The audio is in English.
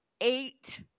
eight